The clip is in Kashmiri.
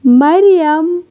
مریم